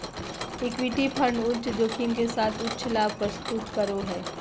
equity fund उच्च जोखिम के साथ उच्च लाभ प्रस्तुत करो हइ